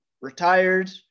retired